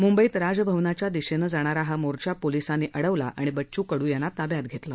मुंबईत राजभवनाच्या दिशेनं जाणारा हा मोर्चा पोलिसांनी अडवला आणि बच्च् कड्र यांना ताब्यात घेतलं